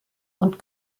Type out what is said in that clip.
und